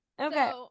Okay